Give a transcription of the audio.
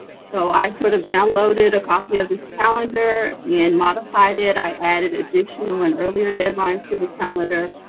so i sort of downloaded a copy of this calendar and modified it. i added additional and earlier deadlines to the calendar.